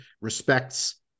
respects